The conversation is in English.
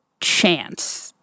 chance